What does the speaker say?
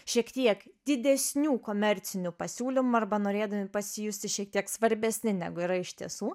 šiek tiek didesnių komercinių pasiūlymų arba norėdami pasijusti šiek tiek svarbesni negu yra iš tiesų